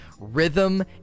rhythm